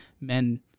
men